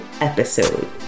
episode